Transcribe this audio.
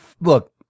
look